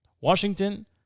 Washington